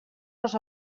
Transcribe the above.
les